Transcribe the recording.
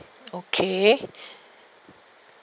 okay